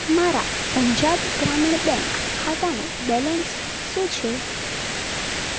મારા પંજાબ ગ્રામીણ બેંક ખાતાનું બેલેન્સ શું છે